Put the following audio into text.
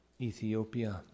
Ethiopia